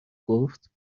گفت